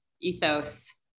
ethos